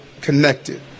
connected